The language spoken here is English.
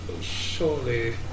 Surely